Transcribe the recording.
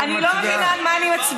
אני לא יודעת על מה אני מצביעה.